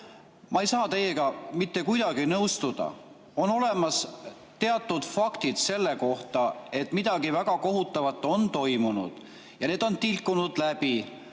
ma ei saa teiega mitte kuidagi nõustuda. On olemas teatud faktid selle kohta, et midagi väga kohutavat on toimunud, ja need on tilkunud läbi.